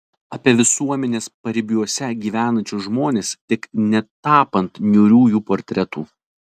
apie visuomenės paribiuose gyvenančius žmones tik netapant niūrių jų portretų